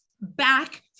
back